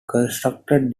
constructed